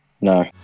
No